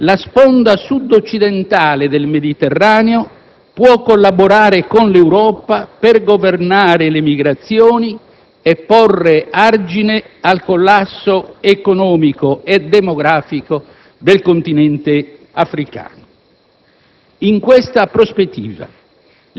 e si interroga su come la sponda Sud-occidentale del Mediterraneo possa collaborare con l'Europa per governare le migrazioni e porre argine al collasso economico e demografico del Continente africano.